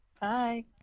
bye